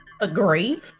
Agree